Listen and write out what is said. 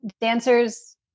dancers